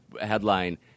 headline